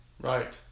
Right